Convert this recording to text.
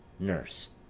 nurse.